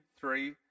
three